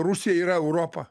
rusija yra europa